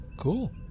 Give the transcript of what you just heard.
Cool